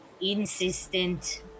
insistent